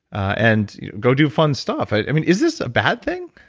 and go do fun stuff. is this a bad thing?